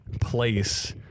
place